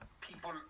people